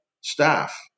staff